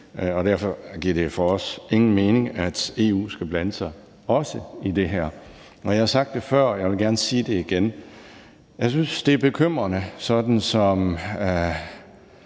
derfor giver det for os ingen mening, at EU også skal blande sig i det her. Jeg har sagt det før, og jeg vil gerne sige det igen: Jeg synes, det er bekymrende, sådan som